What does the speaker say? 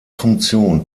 funktion